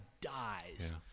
dies